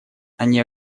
они